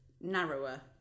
narrower